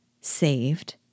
Saved